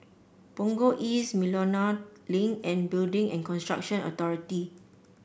Punggol East Miltonia Link and Building and Construction Authority